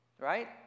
right